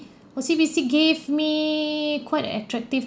O_C_B_C give me quite attractive